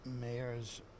mayors